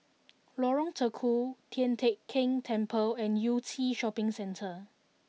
Lorong Tukol Tian Teck Keng Temple and Yew Tee Shopping Centre